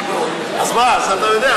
אז אתה יודע,